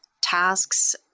tasks